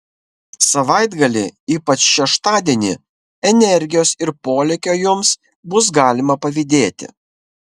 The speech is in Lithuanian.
savaitgalį ypač šeštadienį energijos ir polėkio jums bus galima pavydėti